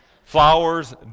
Flowers